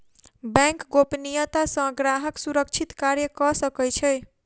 bank गोपनियता सॅ ग्राहक सुरक्षित कार्य कअ सकै छै